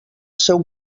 seu